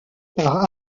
par